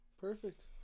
perfect